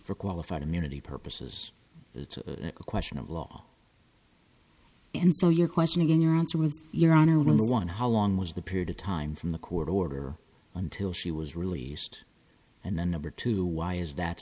for qualified immunity purposes it's a question of law and so your question again your answer was your honor when the one how long was the period of time from the court order until she was released and then number two why is that